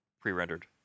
pre-rendered